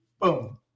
Boom